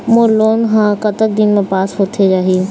मोर loan हा कतक दिन मा पास होथे जाही?